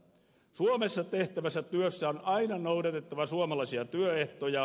suomessa tehtävässä työssä on aina noudatettava suomalaisia työehtoja